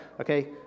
Okay